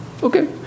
Okay